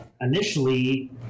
initially